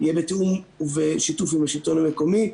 יהיה בתיאום ובשיתוף עם השלטון המקומי.